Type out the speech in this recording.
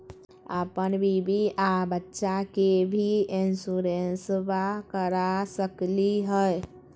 अपन बीबी आ बच्चा के भी इंसोरेंसबा करा सकली हय?